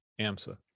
AMSA